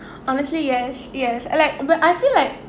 honestly yes yes like but I feel like